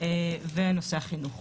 ונושא החינוך.